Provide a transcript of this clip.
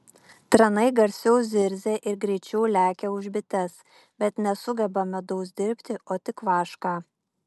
tranai garsiau zirzia ir greičiau lekia už bites bet nesugeba medaus dirbti o tik vašką